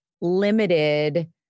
limited